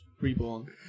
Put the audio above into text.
reborn